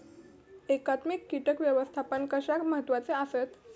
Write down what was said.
एकात्मिक कीटक व्यवस्थापन कशाक महत्वाचे आसत?